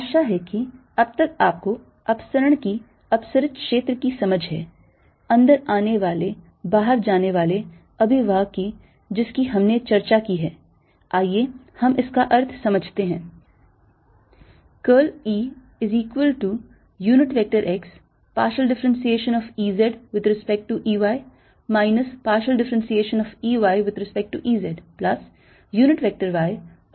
आशा है कि अब तक आपको अपसरण की अपसरित क्षेत्र की समझ है अंदर आने वाले बाहर जाने वाले अभिवाह की जिसकी हमने चर्चा की है आइए हम इसका अर्थ समझते हैं